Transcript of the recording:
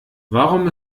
warum